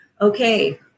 okay